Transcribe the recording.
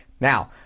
Now